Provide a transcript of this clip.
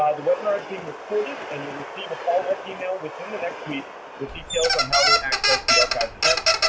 ah the webinar is being recorded, and you'll receive a follow-up e-mail within the next week with details on how to access the archived event.